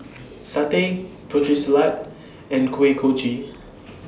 Satay Putri Salad and Kuih Kochi